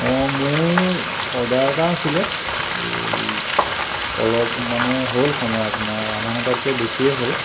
অঁ মোৰ অৰ্ডাৰ এটা আছিল এই অলপ মানে হ'ল সময় আপোনাৰ আধা ঘণ্টাতকৈ বেছিয়ে হ'ল